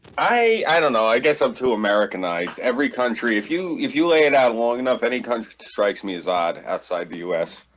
i i don't know i guess i'm too americanized every country if you if you lay it out long enough any country strikes me as odd outside the us